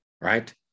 right